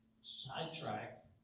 sidetrack